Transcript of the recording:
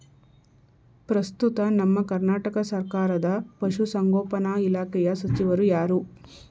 ಪ್ರಸ್ತುತ ನಮ್ಮ ಕರ್ನಾಟಕ ಸರ್ಕಾರದ ಪಶು ಸಂಗೋಪನಾ ಇಲಾಖೆಯ ಸಚಿವರು ಯಾರು?